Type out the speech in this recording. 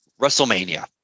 WrestleMania